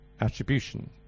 attribution